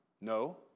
No